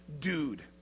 dude